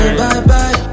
bye-bye